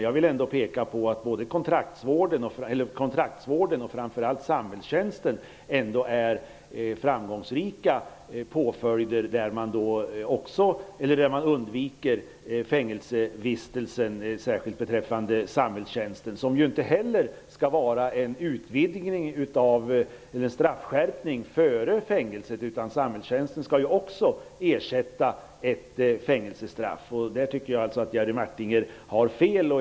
Jag vill ändå peka på att kontraktsvården och framför allt samhällstjänsten är framgångsrika påföljder där man undviker fängelsevistelsen. Särskilt gäller detta beträffande samhällstjänsten, som inte heller skall vara en straffskärpning före fängelset. Samhällstjänsten skall också ersätta ett fängelsestraff. Där tycker jag att Jerry Martinger har fel.